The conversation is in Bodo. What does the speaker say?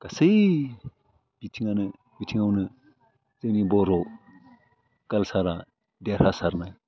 गासै बिथिङानो बिथिङावनो जोंनि बर' काल्सारया देरहासारनाय